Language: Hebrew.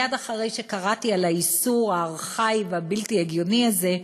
מייד אחרי שקראתי על האיסור הארכאי והבלתי-הגיוני הזה,